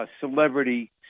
celebrity